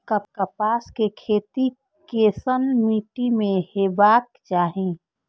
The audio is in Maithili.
कपास के खेती केसन मीट्टी में हेबाक चाही?